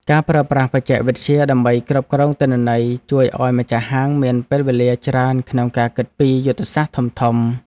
ការប្រើប្រាស់បច្ចេកវិទ្យាដើម្បីគ្រប់គ្រងទិន្នន័យជួយឱ្យម្ចាស់ហាងមានពេលវេលាច្រើនក្នុងការគិតពីយុទ្ធសាស្ត្រធំៗ។